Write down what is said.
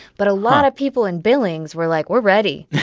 but a lot of people in billings were like, we're ready